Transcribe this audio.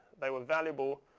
they were valuable,